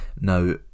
Now